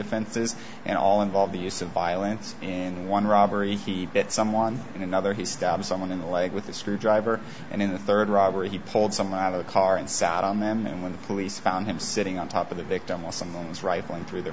offenses and all involve the use of violence and one robbery he bit someone in another he stabbed someone in the leg with a screwdriver and in the third robbery he pulled someone out of the car and sat on them and when the police found him sitting on top of the victim well someone's rifling through their